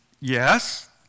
yes